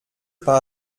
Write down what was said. pas